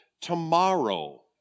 Tomorrow